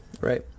Right